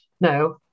no